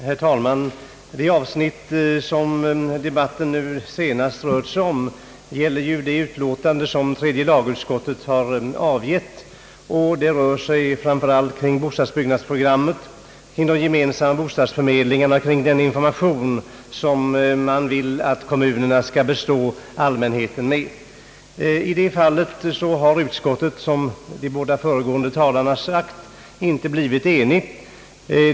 Herr talman! Det avsnitt som debatten nu rör sig om gäller tredje lagutskottets utlåtande nr 43. Det rör sig framför allt om bostadsbyggnadsprogrammet, om de gemensamma bostadsförmedlingarna, om den information som man vill att kommunerna skall bestå allmänheten med. I det fallet har utskottet, som de båda föregående talarna sagt, inte blivit enigt.